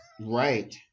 Right